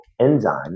enzyme